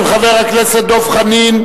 של חבר הכנסת דב חנין.